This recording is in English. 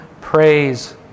praise